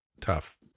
tough